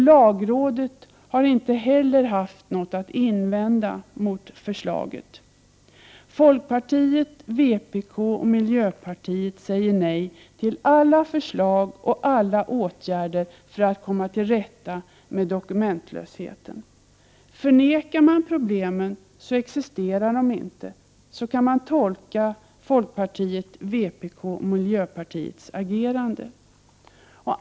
Lagrådet har inte heller haft något att erinra mot förslaget. Folkpartiet, vpk och miljöpartiet säger nej till alla förslag och åtgärder för att komma till rätta med dokumentlösheten. Förnekar man problemen så existerar de inte. Så kan man tolka folkpartiets, vpk:s och miljöpartiets agerande.